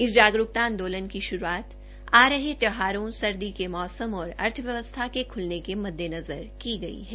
इस जागरूकता आंदोलन की शुरूआत आ रहे त्यौहारों सर्दी के मौसम और अर्थव्यवस्था के खुलने के मद्देनज़र की गई है